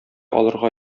алырга